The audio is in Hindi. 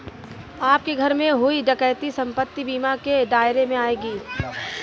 आपके घर में हुई डकैती संपत्ति बीमा के दायरे में आएगी